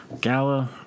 gala